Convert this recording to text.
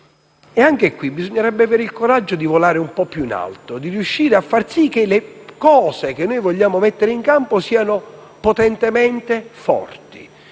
è rattrappito. Bisognerebbe avere il coraggio di volare un po' più in alto, di riuscire a far sì che le cose che vogliamo mettere in campo siano potentemente forti.